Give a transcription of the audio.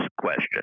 question